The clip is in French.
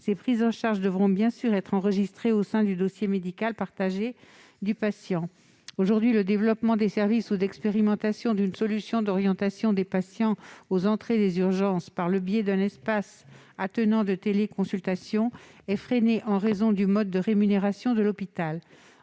Ces prises en charge devront bien sûr être enregistrées au sein du dossier médical partagé du patient. Aujourd'hui, le développement de services ou d'expérimentations d'une solution d'orientation des patients aux entrées des urgences par le biais d'un espace attenant de téléconsultation est freiné par le mode de rémunération de l'hôpital.